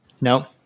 No